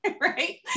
right